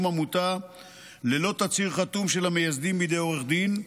עמותה ללא תצהיר של המייסדים חתום בידי עורך דין,